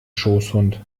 schoßhund